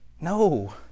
No